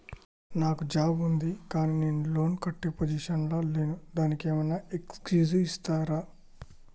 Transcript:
నాకు జాబ్ ఉంది కానీ నేను లోన్ కట్టే పొజిషన్ లా లేను దానికి ఏం ఐనా ఎక్స్క్యూజ్ చేస్తరా?